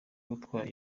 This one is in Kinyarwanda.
utwaye